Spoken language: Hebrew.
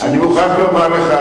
אני מוכרח לומר לך,